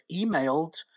emailed